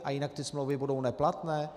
A jinak ty smlouvy budou neplatné?